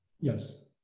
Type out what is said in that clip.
Yes